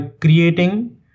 creating